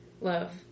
Love